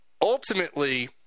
ultimately